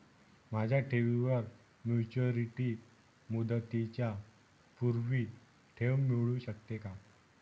माझ्या ठेवीवर मॅच्युरिटी मुदतीच्या पूर्वी ठेव मिळू शकते का?